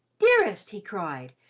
dearest! he cried,